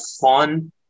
fun